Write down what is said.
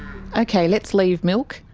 okay, let's leave milk,